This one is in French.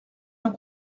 uns